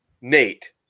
Nate